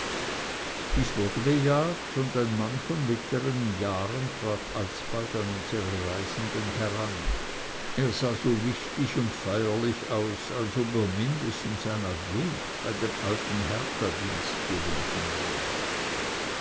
dies wurde bejaht und ein mann von mittleren jahren trat alsbald an unsere reisenden heran er sah so wichtig und feierlich aus als ob er mindestens ein adjunkt bei dem alten herthadienst gewesen wäre